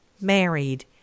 married